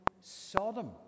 Sodom